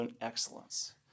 excellence